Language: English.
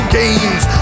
games